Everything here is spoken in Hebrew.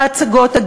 ההצגות,